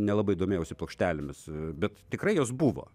nelabai domėjausi plokštelėmis bet tikrai jos buvo